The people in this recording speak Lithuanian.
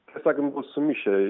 tiesą sakant buvo sumišę